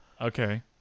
Okay